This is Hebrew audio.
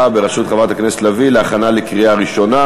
בראשות חברת הכנסת לביא להכנה לקריאה ראשונה.